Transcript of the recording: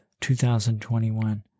2021